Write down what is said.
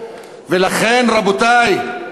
לכן, רבותי,